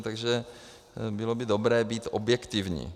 Takže bylo by dobré být objektivní.